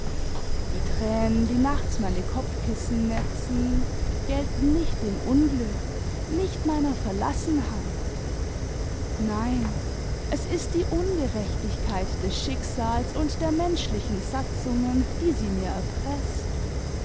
die tränen die nachts meine kopfkissen netzen gelten nicht dem unglück nicht meiner verlassenheit nein es ist die ungerechtigkeit des schicksals und der menschlichen satzungen die sie mir erpreßt